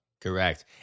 correct